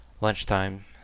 lunchtime